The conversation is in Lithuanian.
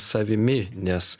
savimi nes